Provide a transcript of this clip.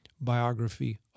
biography